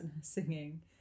singing